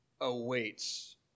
awaits